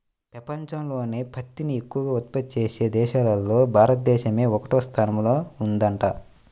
పెపంచంలోనే పత్తిని ఎక్కవగా ఉత్పత్తి చేసే దేశాల్లో భారతదేశమే ఒకటవ స్థానంలో ఉందంట